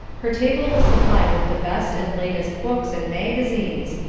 her table was supplied with the best and latest books and magazines,